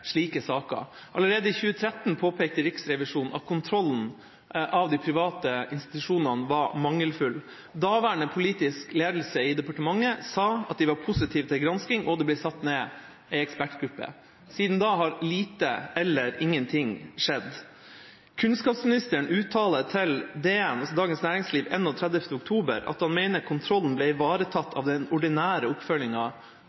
slike saker. Allerede i 2013 påpekte Riksrevisjonen at kontrollen av de private institusjonene var mangelfull. Daværende politisk ledelse i departementet sa at de var positiv til gransking, og det ble satt ned en ekspertgruppe. Siden da har lite eller ingenting skjedd. Kunnskapsministeren uttalte til Dagens Næringsliv den 31. oktober at han mener kontrollen «ble ivaretatt gjennom den ordinære